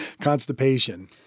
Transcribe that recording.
constipation